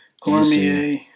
Cormier